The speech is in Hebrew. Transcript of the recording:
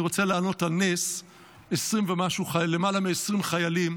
אני רוצה להעלות על נס למעלה מ-20 חיילים